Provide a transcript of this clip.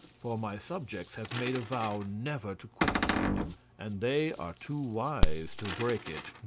for my subjects have made a vow never to quit the kingdom, and they are too wise to break it.